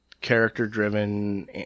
character-driven